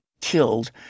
killed